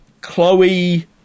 Chloe